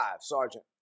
Sergeant